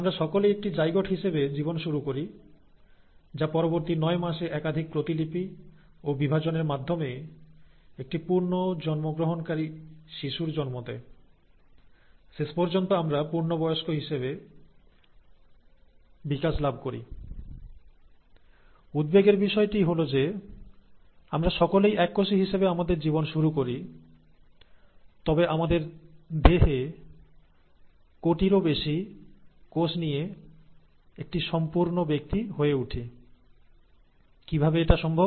আমরা সকলেই একটি জাইগোট হিসেবে জীবন শুরু করি যা পরবর্তী নয় মাসে একাধিক প্রতিলিপি ও বিভাজনের মাধ্যমে একটি পূর্ণ জন্মগ্রহণকারী শিশুর জন্ম দেয় শেষ পর্যন্ত আমরা পূর্ণবয়স্ক হিসেবে বিকাশ লাভ করি উদ্বেগের বিষয়টি হল যে আমরা সকলেই এককোষী হিসেবে আমাদের জীবন শুরু করি তবে আমাদের দেহে কোটিরও বেশি কোষ নিয়ে একটি সম্পূর্ণ ব্যক্তি হয়ে উঠি কিভাবে এটা সম্ভব